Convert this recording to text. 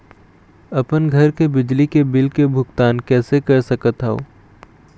अपन घर के बिजली के बिल के भुगतान कैसे कर सकत हव?